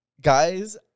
Guys